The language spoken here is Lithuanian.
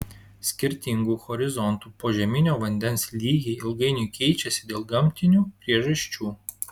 skirtingų horizontų požeminio vandens lygiai ilgainiui keičiasi dėl gamtinių priežasčių